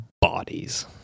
Bodies